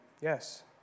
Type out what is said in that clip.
yes